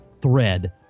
thread